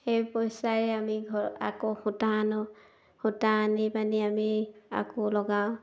সেই পইচাৰে আমি ঘৰ আকৌ সূতা আনো সূতা আনি পিনি আমি আকৌ লগাওঁ